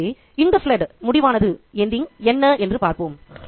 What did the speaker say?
ஆகவே 'in the flood' முடிவானது என்ன என்று பார்ப்போம்